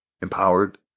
empowered